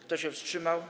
Kto się wstrzymał?